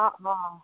অঁ অঁ অঁ